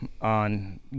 on